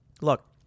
Look